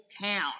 town